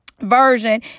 version